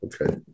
Okay